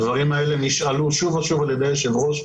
הדברים האלה נשאלו שוב ושוב על ידי היושב-ראש,